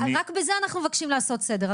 רק בזה אנחנו מבקשים לעשות סדר.